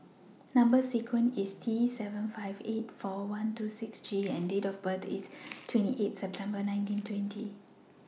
Number sequence IS T seven five eight four one two six G and Date of birth IS twenty eight September nineteen twenty